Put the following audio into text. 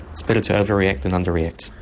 it's better to over react than under react.